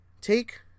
take